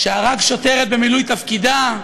שהרג שוטרת במילוי תפקידה,